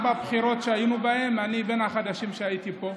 שהיינו בהן, אני בין החדשים שהייתי פה.